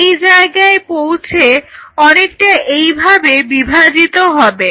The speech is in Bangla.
তারা এই জায়গায় পৌঁছে অনেকটা এইভাবে বিভাজিত হবে